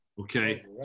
Okay